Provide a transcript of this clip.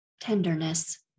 tenderness